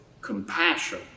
compassion